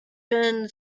been